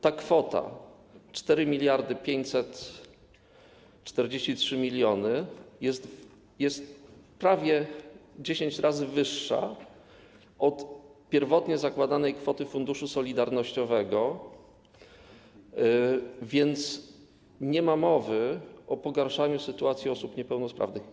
Ta kwota 4543 mln jest prawie 10 razy wyższa od pierwotnie zakładanej kwoty Funduszu Solidarnościowego, więc nie ma mowy o pogarszaniu sytuacji osób niepełnosprawnych.